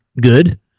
good